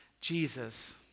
Jesus